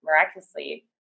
miraculously